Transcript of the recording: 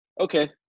okay